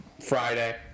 Friday